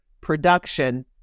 production